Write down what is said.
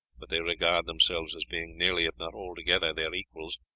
but they regard themselves as being nearly, if not altogether, their equals,